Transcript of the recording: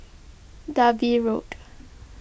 Dalvey Road